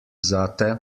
zate